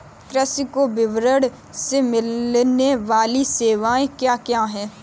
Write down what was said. कृषि को विपणन से मिलने वाली सेवाएँ क्या क्या है